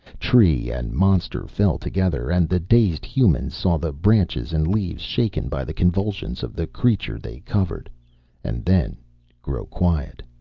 tree and monster fell together, and the dazed humans saw the branches and leaves shaken by the convulsions of the creature they covered and then grow quiet.